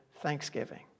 Thanksgiving